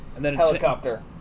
Helicopter